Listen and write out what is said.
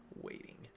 waiting